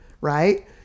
right